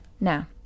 now